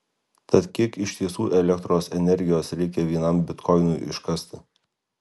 tad kiek iš tiesų elektros energijos reikia vienam bitkoinui iškasti